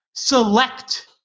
select